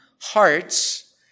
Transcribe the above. hearts